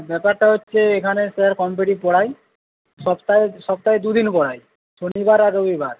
ব্যাপারটা হচ্ছে এখানে স্যার কম্পিটিটিভ পড়ায় সপ্তাহে সপ্তাহে দুদিন পড়ায় শনিবার আর রবিবার